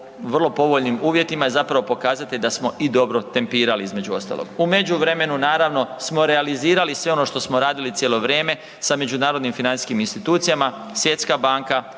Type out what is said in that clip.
povoljnim uvjetima je zapravo pokazatelj da smo i dobro tempirali između ostalog. U međuvremenu naravno smo realizirali sve ono što smo radili cijelo vrijeme sa međunarodnim financijskim institucijama. Svjetska banka,